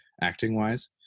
acting-wise